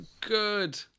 good